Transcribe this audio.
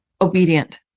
obedient